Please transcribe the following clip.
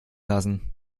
lassen